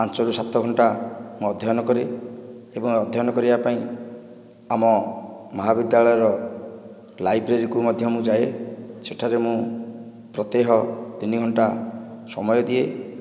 ପାଞ୍ଚ ରୁ ସାତ ଘଣ୍ଟା ମୁଁ ଅଧ୍ୟୟନ କରେ ଏବଂ ଅଧ୍ୟୟନ କରିବା ପାଇଁ ଆମ ମହାବିଦ୍ୟାଳୟ ର ଲାଇବ୍ରେରୀ କୁ ମଧ୍ୟ ମୁଁ ଯାଏ ସେଠାରେ ମୁଁ ପ୍ରତ୍ୟହ ତିନି ଘଣ୍ଟା ସମୟ ଦିଏ